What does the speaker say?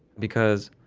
because,